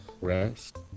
rest